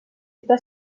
està